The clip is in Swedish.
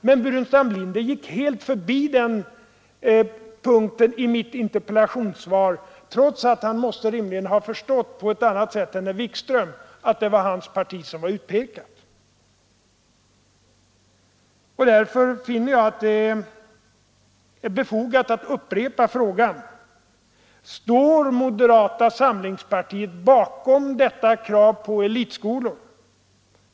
Herr Burenstam Linder däremot gick helt förbi den punkten i mitt interpellationssvar, trots att han rimligen måste ha förstått att det var hans parti som var utpekat. Därför finner jag det befogat att upprepa frågan: Står moderata samlingspartiet bakom detta krav på elitskolor?